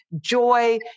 joy